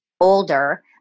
older